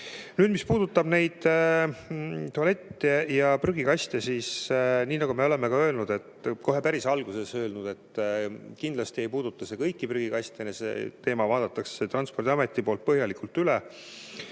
Nüüd, mis puudutab neid tualette ja prügikaste, siis nii, nagu me oleme ka öelnud, kohe päris alguses öelnud, et kindlasti ei puuduta see kõiki prügikaste. See teema vaadatakse Transpordiameti poolt põhjalikult üle.